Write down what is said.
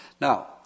Now